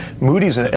Moody's